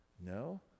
no